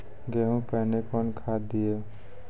गेहूँ पहने कौन खाद दिए?